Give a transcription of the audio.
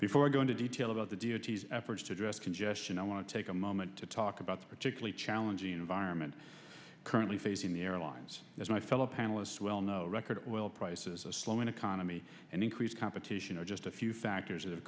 before going to detail about the duties efforts to address congestion i want to take a moment to talk about the particularly challenging environment currently facing the airlines as my fellow panelists well know record oil prices a slowing economy and increased competition are just a few factors that have